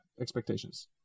expectations